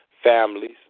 families